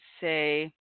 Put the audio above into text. say